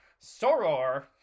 soror